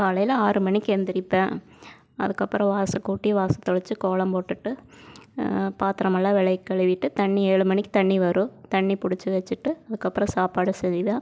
காலையில் ஆறு மணிககு எந்திரிப்பேன் அதுக்கப்புறம் வாசக்கூட்டி வாச தெளிச்சி கோலம் போட்டுட்டு பாத்திரம் எல்லாம் விளக்கி கழுவிட்டு தண்ணி ஏழு மணிக்கு தண்ணி வரும் தண்ணி பிடிச்சி வச்சிட்டு அதுக்கப்புறம் சாப்பாடு செய்வேன்